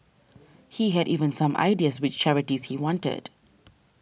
he had even some ideas which charities he wanted